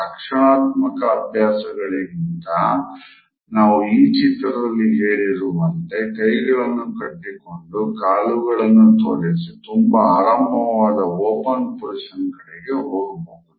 ರಕ್ಷಣಾತ್ಮಕ ಅಭ್ಯಾಸಗಳಿಗಿಂತ ನಾವು ಈ ಚಿತ್ರದಲ್ಲಿ ಹೇಳಿರುವಂತೆ ಕೈಗಳನ್ನು ಕಟ್ಟಿಕೊಂಡು ಕಾಲುಗಳನ್ನು ತೋರಿಸಿ ತುಂಬಾ ಆರಾಮವಾದ ಓಪನ್ ಪೊಸಿಷನ್ ಕಡೆಗೆ ಹೋಗಬಹುದು